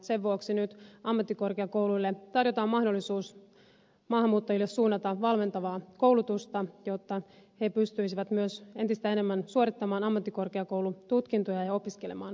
sen vuoksi nyt ammattikorkeakouluille tarjotaan mahdollisuus maahanmuuttajille suunnata valmentavaa koulutusta jotta he pystyisivät myös entistä enemmän suorittamaan ammattikorkeakoulututkintoja ja opiskelemaan korkea asteella